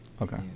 okay